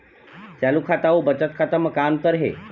चालू खाता अउ बचत खाता म का अंतर हे?